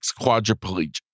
quadriplegic